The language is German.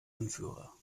anführer